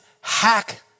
hack